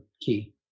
key